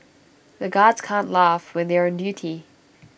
the guards can't laugh when they are on duty